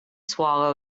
swallow